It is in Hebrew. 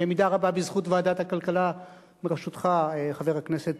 במידה רבה בזכות ועדת הכלכלה בראשותך, חבר הכנסת